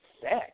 sex